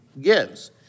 gives